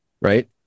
Right